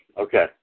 okay